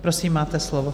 Prosím, máte slovo.